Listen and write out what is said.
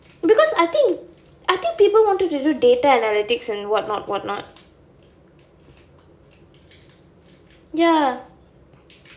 because I think I think people wanted to do data analytics and what not what not ya